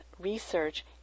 research